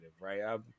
right